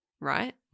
Right